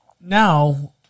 Now